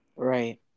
Right